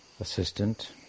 assistant